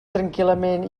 tranquil·lament